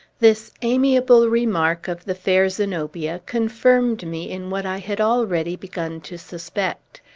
this amiable remark of the fair zenobia confirmed me in what i had already begun to suspect,